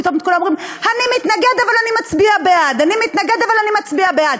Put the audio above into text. פתאום כולם אומרים: אני מתנגד אבל אני מצביע בעד,